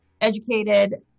educated